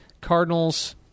Cardinals